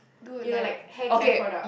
you know like hair care product